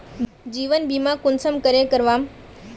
जीवन बीमा कुंसम करे करवाम?